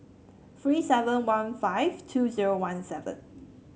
three seven one five two zero one seven